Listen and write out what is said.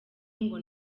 ngo